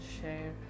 share